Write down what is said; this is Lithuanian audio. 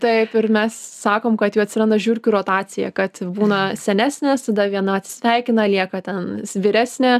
taip ir mes sakom kad jau atsiranda žiurkių rotacija kad būna senesnės tada viena atsisveikina lieka ten vyresnė